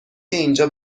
اینجا